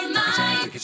mind